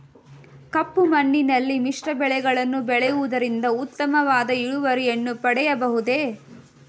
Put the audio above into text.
ಕಪ್ಪು ಮಣ್ಣಿನಲ್ಲಿ ಮಿಶ್ರ ಬೆಳೆಗಳನ್ನು ಬೆಳೆಯುವುದರಿಂದ ಉತ್ತಮವಾದ ಇಳುವರಿಯನ್ನು ಪಡೆಯಬಹುದೇ?